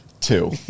Two